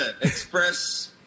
express